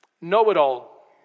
know-it-all